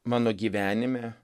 mano gyvenime